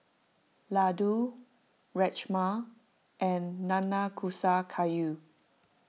Ladoo Rajma and Nanakusa Gayu